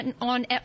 on